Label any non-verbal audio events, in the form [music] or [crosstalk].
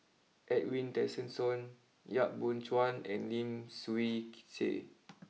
Edwin Tessensohn Yap Boon Chuan and Lim Swee [unintelligible] Say